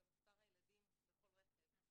הוא גם מספר הילדים בכל רכב,